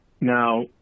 now